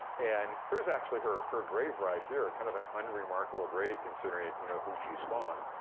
and here's actually her her grave right here, kind of an unremarkable grave considering you know who she spawned.